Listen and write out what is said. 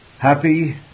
Happy